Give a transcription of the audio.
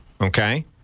okay